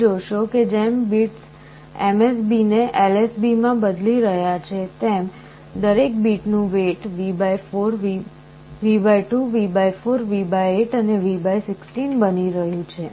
તમે જોશો કે જેમ બીટ્સ MSB ને LSB માં બદલી રહ્યા છે તેમ દરેક બીટનું વેઇટ V2 V4 V8 અને V16 બની રહ્યું છે